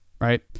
Right